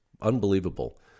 unbelievable